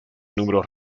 números